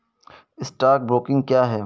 Stock broking क्या है?